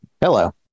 hello